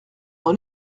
dans